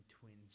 Twins